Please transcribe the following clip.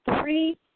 three